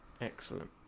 excellent